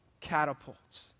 catapults